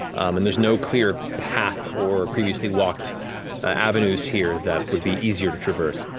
and there's no clear path or previously walked avenues here that would be easier to traverse.